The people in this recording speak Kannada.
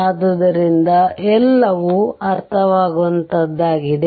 ಆದ್ದರಿಂದ ಎಲ್ಲವೂ ಅರ್ಥವಾಗುವಂತಹದ್ದಾಗಿದೆ